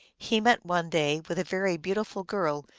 he met one day with a very beautiful girl,